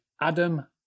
Adam